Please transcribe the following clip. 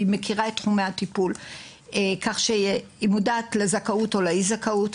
היא מכירה את תחומי הטיפול כך שהיא מודעת לזכאות או לאי-זכאות.